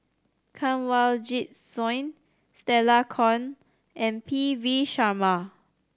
Kanwaljit Soin Stella Kon and P V Sharma